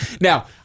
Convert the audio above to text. now